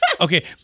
Okay